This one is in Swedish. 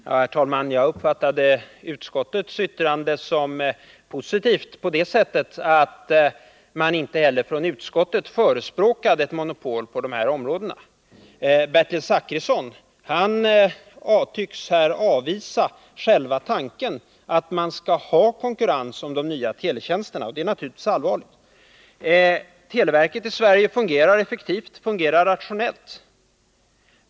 Herr talman! Jag uppfattade utskottets yttrande som positivt, på det sättet att man inte heller från utskottet förespråkar ett monopol på dessa områden. Bertil Zachrisson tycks avvisa själva tanken att man skall ha konkurrens om de nya teletjänsterna, vilket är allvarligt. Televerket i Sverige fungerar effektivt och rationellt.